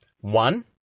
One